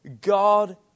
God